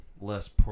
less